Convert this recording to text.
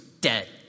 dead